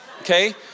okay